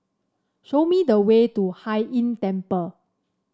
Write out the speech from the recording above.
show me the way to Hai Inn Temple